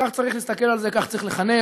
כך צריך להסתכל על זה, כך צריך לחנך,